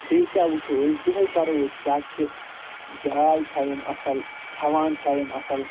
بیٚیہِ کیاہ وٕچھو أسۍ دۄہَے کرو أسۍ چَک کہِ جاے چھا یِم اصٕل کھٮ۪وان چھا یِم اصٕل